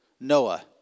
Noah